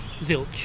zilch